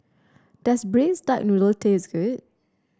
does Braised Duck Noodle taste good